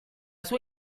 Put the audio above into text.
sua